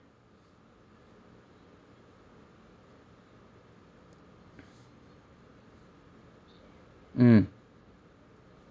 mm